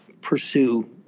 pursue